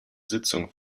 sitzung